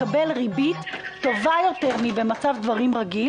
לקבל ריבית טובה יותר מאשר במצב דברים רגיל